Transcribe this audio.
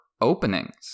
openings